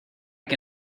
que